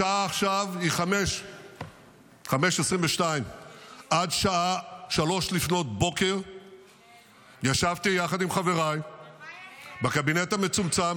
השעה עכשיו היא 17:22. עד שעה 03:00 ישבתי יחד עם חבריי בקבינט המצומצם,